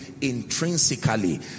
intrinsically